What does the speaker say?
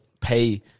pay